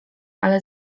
ale